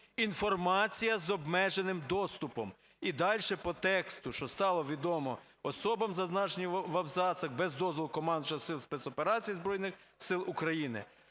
"інформація з обмеженим доступом" і дальше по тексту, "що стало відомо особам, зазначеним в абзацах, без дозволу командувача Сил